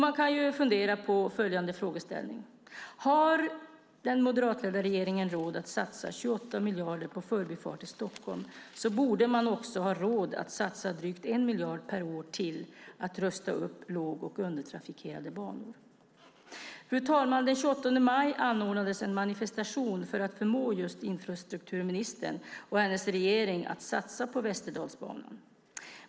Man kan ju fundera på följande frågeställning: Har den moderatledda regeringen råd att satsa 28 miljarder på Förbifart Stockholm borde man också ha råd att satsa drygt 1 miljard per år på att rusta upp låg och undertrafikerade banor. Fru talman! Den 28 maj anordnades en manifestation för att förmå just infrastrukturministern och hennes regering att satsa på Västerdalsbanan.